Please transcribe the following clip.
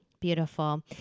Beautiful